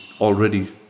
already